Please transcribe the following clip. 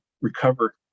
recover